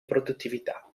produttività